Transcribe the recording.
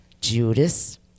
Judas